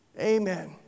Amen